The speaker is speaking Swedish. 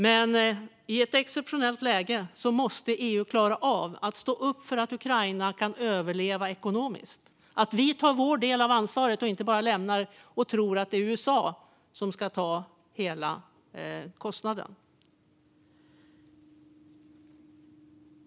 Men i ett sådant här exceptionellt läge måste EU klara av att stå upp för att Ukraina ska kunna överleva ekonomiskt. Vi behöver ta vår del av ansvaret och inte bara tro att det är USA som ska ta hela kostnaden.